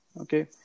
Okay